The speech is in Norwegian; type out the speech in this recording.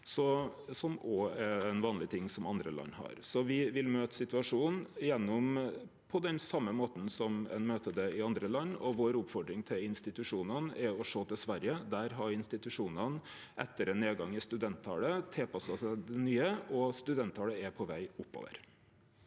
som òg er vanleg, og noko som andre land har. Me vil møte situasjonen på den same måten som ein møter det i andre land. Vår oppfordring til institusjonane er å sjå til Sverige. Der har institusjonane etter ein nedgang i studenttalet tilpassa seg det nye, og studenttalet er på veg oppover.